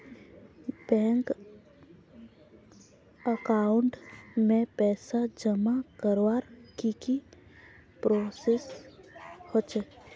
Bank account में पैसा जमा करवार की की प्रोसेस होचे?